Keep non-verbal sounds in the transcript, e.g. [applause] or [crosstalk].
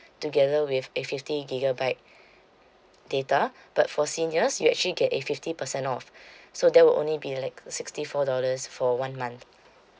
together with a fifty gigabyte [breath] data [breath] but for seniors you actually get a fifty percent off [breath] so that will only be like sixty four dollars for one month